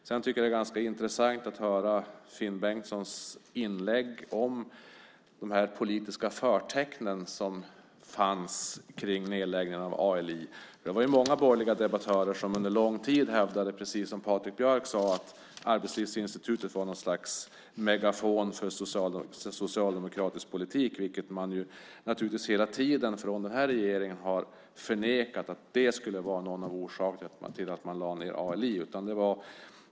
Jag tycker att det är ganska intressant att höra Finn Bengtssons inlägg om de politiska förtecken som fanns kring nedläggningen av ALI. Det var många borgerliga debattörer som under lång tid hävdade, precis som Patrik Björck sade, att Arbetslivsinstitutet var något slags megafon för socialdemokratisk politik, vilket man naturligtvis hela tiden från den här regeringen har förnekat skulle vara någon av orsakerna till att man lade ned ALI.